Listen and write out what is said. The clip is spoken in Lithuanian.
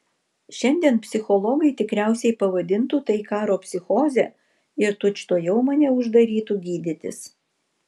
šiandien psichologai tikriausiai pavadintų tai karo psichoze ir tučtuojau mane uždarytų gydytis